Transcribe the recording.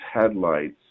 headlights